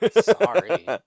Sorry